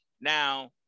now